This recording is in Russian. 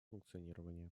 функционирования